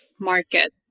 market